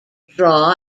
draw